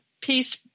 peace